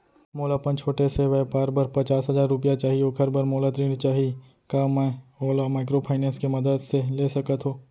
मोला अपन छोटे से व्यापार बर पचास हजार रुपिया चाही ओखर बर मोला ऋण चाही का मैं ओला माइक्रोफाइनेंस के मदद से ले सकत हो?